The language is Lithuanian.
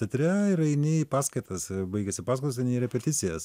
teatre ir eini į paskaitas baigiasi paskaitos repeticijas